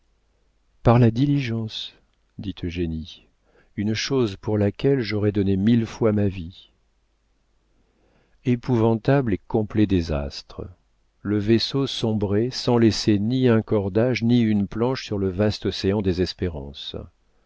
par la diligence dit eugénie une chose pour laquelle j'aurais donné mille fois ma vie épouvantable et complet désastre le vaisseau sombrait sans laisser ni un cordage ni une planche sur le vaste océan des espérances